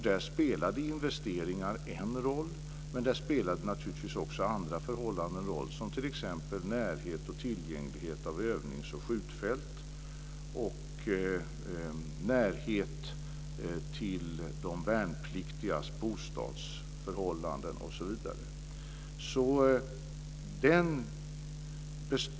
Där spelade investeringar en roll, men naturligtvis spelade också andra förhållanden roll, som t.ex. närhet och tillgänglighet till övningsoch skjutfält, närhet till de värnpliktigas bostäder osv.